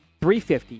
350